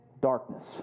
darkness